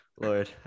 Lord